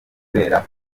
kubera